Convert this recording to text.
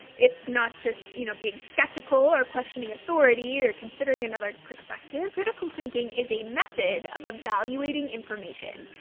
it's not just, you know, being skeptical or questioning authority or considering another perspective. critical thinking is a method of evaluating information.